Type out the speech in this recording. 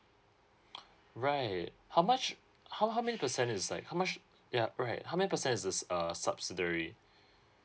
right how much how how many percent is like how much ya right how many percent is this uh subsidiary